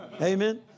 Amen